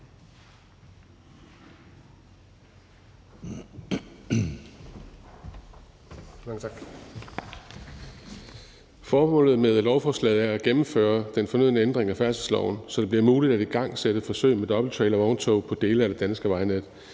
Formålet med lovforslaget er at gennemføre den fornødne ændring af færdselsloven, så det bliver muligt at igangsætte forsøg med dobbelttrailervogntog på dele af det danske vejnet.